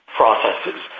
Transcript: processes